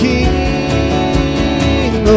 King